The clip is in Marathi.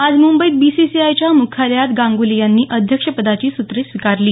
आज मुंबईत बीसीसीआयच्या मुख्यालयात गांगुली यांनी अध्यक्षपदाची सूत्रे स्वीकारली